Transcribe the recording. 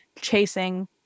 chasing